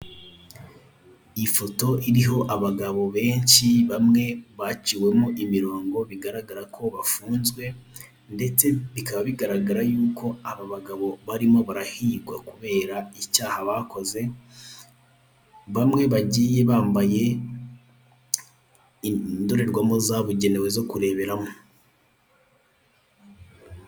Ifoto iriho abagabo benshi bamwe baciwemo imirongo bigaragara ko bafunzwe ndetse bikaba bigaragaza yuko aba bagabo barimo barahigwa kubera icyaha bakoze. Bamwe bagiye bambaye indorerwamo zabugenewe zo kureberamo.